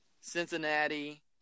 Cincinnati